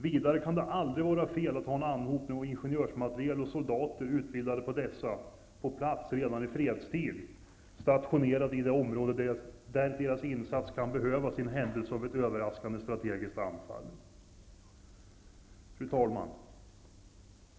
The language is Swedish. Vidare kan det aldrig vara fel att ha en anhopning av ingenjörsmateriel och soldater på plats redan i fredstid, stationerade i det område där deras insats kan behövas i händelse av ett överraskande strategiskt anfall. Fru talman!